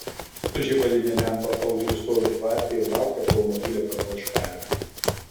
su žibaline lempa audrius stovi tvarte ir laukia kol motulė pamelš karvę